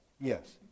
yes